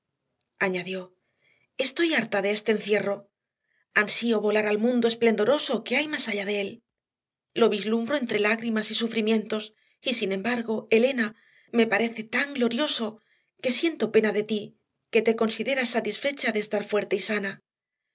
añadió estoy harta de este encierro ansío volar al mundo esplendoroso que hay más allá de él lo vislumbro entre lágrimas y sufrimientos y sin embargo elena me parece tan glorioso que siento pena de ti que te consideras satisfecha de estar fuerte y sana